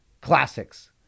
classics